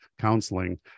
Counseling